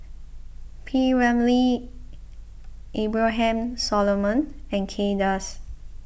P Ramlee Abraham Solomon and Kay Das